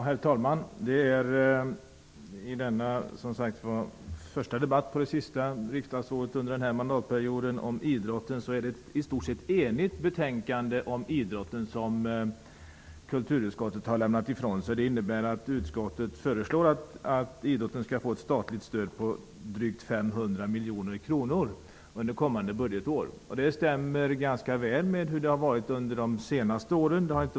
Herr talman! Till denna första debatt, det sista riksdagsåret under denna mandatperiod om idrotten har utskottet lämnat ett stort sett enigt betänkande. Det innebär att utskottet föreslår att idrotten skall få ett statligt stöd på drygt 500 miljoner kronor under kommande budgetår. Det stämmer ganska väl med hur det har varit undet de senaste åren.